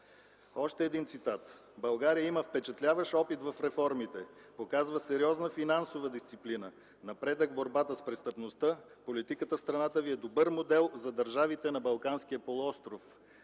Още един цитат: „България има впечатляващ опит в реформите, показва сериозна финансова дисциплина, напредък в борбата с престъпността. Политиката в страната ви е добър модел за държавите на Балканския полуостров”,